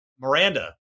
miranda